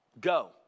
go